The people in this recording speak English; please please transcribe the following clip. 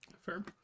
Fair